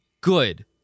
good